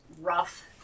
rough